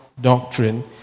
doctrine